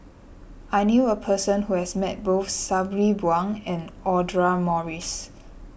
I knew a person who has met both Sabri Buang and Audra Morrice